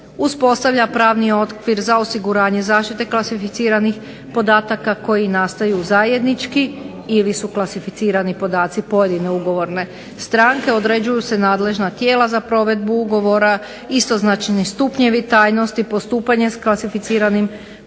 uspostavlja pravni okvir za osiguranje zaštite klasificiranih podataka koji nastaju zajednički ili su klasificirani podaci pojedine ugovorne stranke, određuju se nadležna tijela za provedbu ugovora, istoznačni stupnjevi tajnosti, postupanje s klasificiranim podacima,